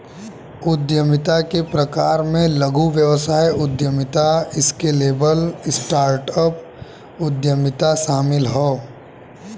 उद्यमिता के प्रकार में लघु व्यवसाय उद्यमिता, स्केलेबल स्टार्टअप उद्यमिता शामिल हौ